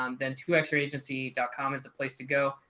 um then to x ray agency comm is the place to go.